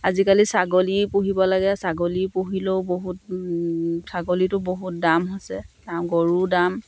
আজিকালি ছাগলী পুহিব লাগে ছাগলী পুহিলেও বহুত ছাগলীতো বহুত দাম হৈছে গৰুও দাম